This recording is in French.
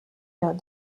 lors